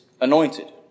anointed